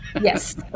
Yes